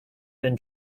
been